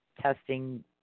testing